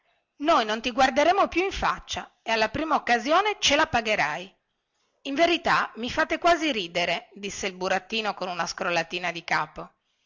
noi non ti guarderemo più in faccia e alla prima occasione ce la pagherai in verità mi fate quasi ridere disse il burattino con una scrollatina di capo